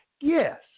Yes